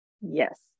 Yes